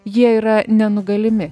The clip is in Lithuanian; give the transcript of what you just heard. jie yra nenugalimi